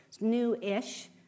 new-ish